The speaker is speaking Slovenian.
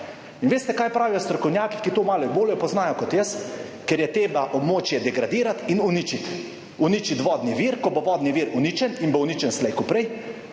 (nadaljevanje) strokovnjaki, ki to malo bolje poznajo kot jaz? Ker je treba območje degradirati in uničiti. Uničiti vodni vir, ko bo vodni vir uničen in bo uničen slej ko prej,